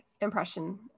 impression